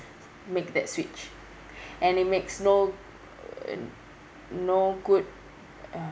make that switch and they makes no uh no good uh